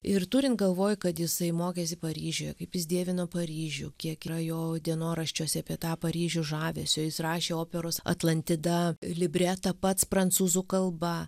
ir turin galvoj kad jisai mokėsi paryžiuje kaip jis dievino paryžių kiek yra jo dienoraščiuose apie tą paryžių žavesio jis rašė operos atlantida libretą pats prancūzų kalba